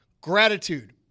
gratitude